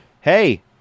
Hey